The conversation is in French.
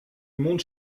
monde